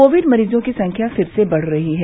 Covid मरीजों की संख्या फिर से बढ़ रही है